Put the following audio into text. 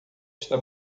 está